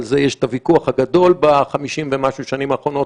על זה יש את הוויכוח הגדול ב-50 ומשהו שנים האחרונות,